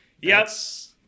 Yes